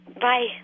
Bye